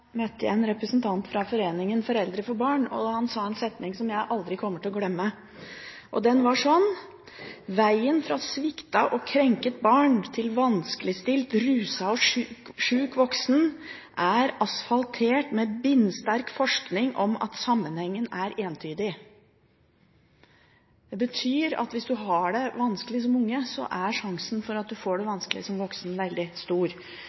møtte jeg en representant for foreningen Voksne for Barn. Han sa en setning som jeg aldri kommer til å glemme: «Vegen fra sviktet, krenket barn til vanskeligstilt, ruset og syk voksen er asfaltert med bindsterk forskning om at sammenhengen er entydig.» Det betyr at hvis du har det vanskelig som unge, er riskoen for at du får det vanskelig som voksen, veldig stor.